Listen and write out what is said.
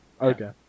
Okay